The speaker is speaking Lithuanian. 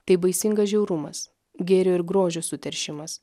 tai baisingas žiaurumas gėrio ir grožio suteršimas